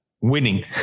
Winning